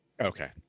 Okay